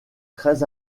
très